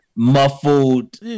Muffled